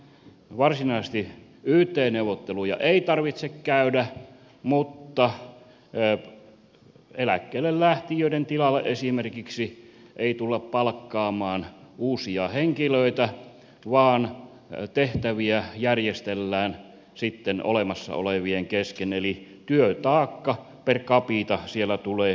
varsinaisesti yt neuvotteluja ei tarvitse käydä mutta esimerkiksi eläkkeellelähtijöiden tilalle ei tulla palkkaamaan uusia henkilöitä vaan tehtäviä järjestellään sitten olemassa olevien kesken eli työtaakka per capita siellä tulee lisääntymään